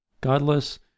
godless